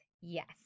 yes